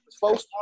folks